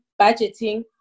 budgeting